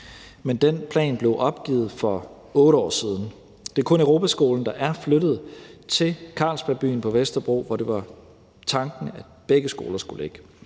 Men den plan blev opgivet for 8 år siden. Det er kun Europaskolen, der er flyttet til Carlsberg Byen på Vesterbro, hvor det var tanken at begge skoler skulle ligge.